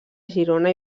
girona